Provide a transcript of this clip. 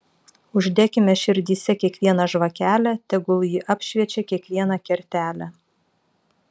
uždekime širdyse kiekvieną žvakelę tegul ji apšviečia kiekvieną kertelę